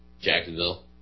Jacksonville